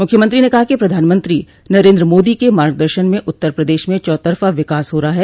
मुख्यमंत्री ने कहा कि प्रधानमंत्री नरेन्द्र मोदी के मार्गदर्शन में उत्तर प्रदेश में चौतरफा विकास हो रहा है